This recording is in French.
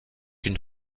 une